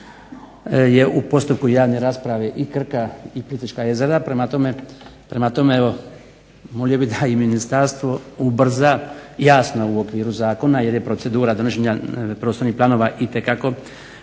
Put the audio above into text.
je u postupku javne rasprave i Krka i Plitvička jezera. Prema tome evo molio bih da i ministarstvo ubrza, jasno u okviru zakona jer je procedura donošenja prostornih planova itekako